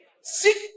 Seek